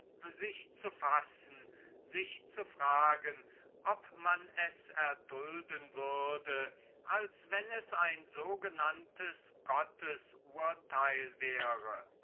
sich zu fassen sich zu fragen ob man es erdulden würde als wenn es ein sogenanntes gottesurteil wäre